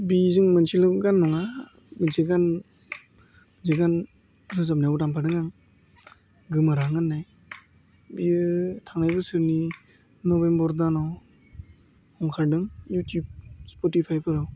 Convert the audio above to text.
बेजों मोनसेल' गान नङा मोनसे गान मोनसे गान रोजाबनायाव दामफादों आं गोमोरहां होन्नाय बियो थांनाय बोसोरनि नभेम्बर दानाव ओंखारदों इउटिउब स्पटिफाइफोराव